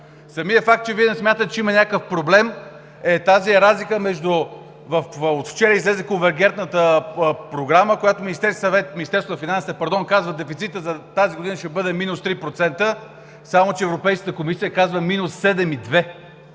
Самият факт, че Вие не смятате, че има някакъв проблем, е тази разлика – от вчера излезе Конвергентната програма, в която Министерството на финансите казва: „Дефицитът за тази година ще бъде минус 3%“, само че Европейската комисия казва минус 7,2!